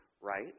right